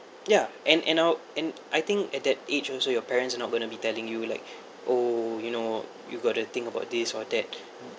ya and and I'll and I think at that age also your parents are not going to be telling you like oh you know you got to think about this or that